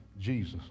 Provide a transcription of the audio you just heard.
Jesus